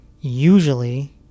usually